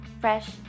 fresh